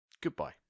Goodbye